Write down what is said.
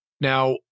Now